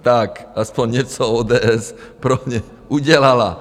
Tak aspoň něco ODS pro ně udělala.